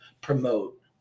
promote